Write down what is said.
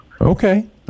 Okay